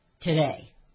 today